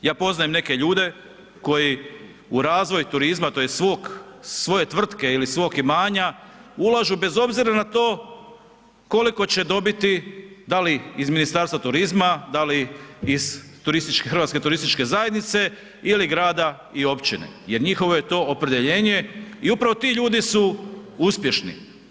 Ja poznajem neke ljude koji u razvoj turizma tj. svoje tvrtke ili svog imanja ulažu bez obzira na to koliko će dobiti, da li iz Ministarstva turizma, da li iz Hrvatske turističke zajednice ili grada i općine jer njihovo je to opredjeljenje i upravo ti ljudi su uspješni.